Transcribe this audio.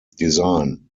design